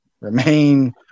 remain